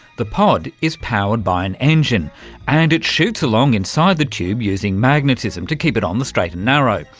the pod is powered by an engine and it shoots along inside the tube using magnetism to keep it on the straight and narrow,